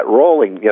rolling